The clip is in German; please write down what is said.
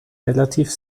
relativ